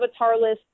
avatarless